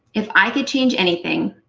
if i could change anything,